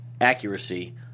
accuracy